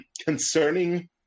concerning